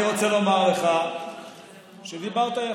אני רוצה לומר לך שדיברת יפה,